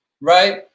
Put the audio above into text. right